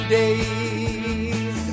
days